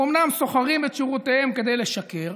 הם אומנם שוכרים את שירותיהם כדי לשקר,